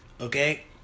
okay